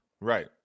Right